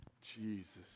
Jesus